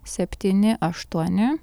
septyni aštuoni